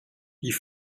die